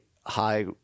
high